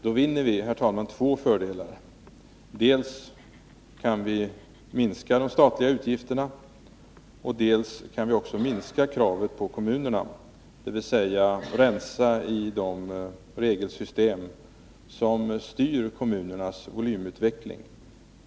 Då vinner vi, herr talman, två fördelar: dels kan vi minska de statliga utgifterna, dels kan vi minska kraven på kommunerna, dvs. vi kan rensa i de regelsystem som styr kommunernas volymutveckling.